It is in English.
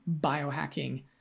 biohacking